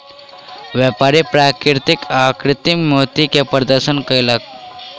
व्यापारी प्राकृतिक आ कृतिम मोती के प्रदर्शन कयलक